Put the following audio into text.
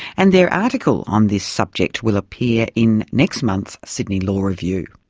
and their article on this subject will appear in next month's sydney law review.